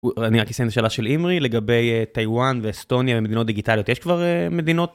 אני רק אציין את השאלה של עמרי לגבי טיואן ואסטוניה ומדינות דיגיטליות יש כבר מדינות?